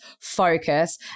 focus